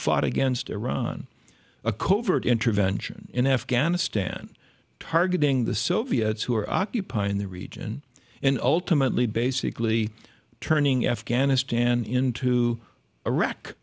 fought against iran a covert intervention in afghanistan targeting the soviets who are occupying the region and ultimately basically turning afghanistan into